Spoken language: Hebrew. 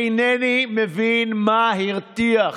אינני מבין מה הרתיח,